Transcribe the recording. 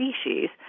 species